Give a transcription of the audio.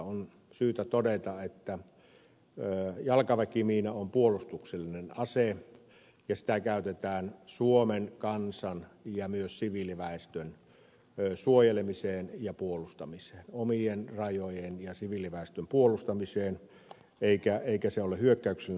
on syytä todeta että jalkaväkimiina on puolustuksellinen ase ja sitä käytetään suomen kansan ja myös siviiliväestön suojelemiseen ja puolustamiseen omien rajojen ja siviiliväestön puolustamiseen eikä se ole hyökkäyksellinen ase